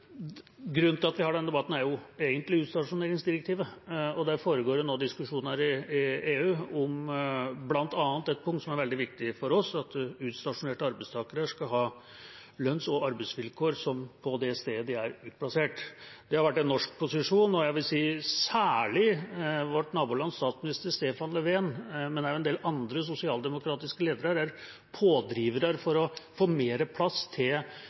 Grunnen til at vi har denne debatten, er egentlig utstasjoneringsdirektivet. Det foregår nå diskusjoner i EU om bl.a.et punkt som er veldig viktig for oss, at utstasjonerte arbeidstakere skal ha samme lønns- og arbeidsvilkår som på det stedet de er utplassert. Det har vært norsk posisjon, og jeg vil si at særlig vårt naboland, med statsminister Stefan Löfven, men også en del andre sosialdemokratiske ledere, er pådrivere for å få mer plass til